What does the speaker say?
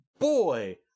Boy